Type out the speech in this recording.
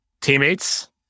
Teammates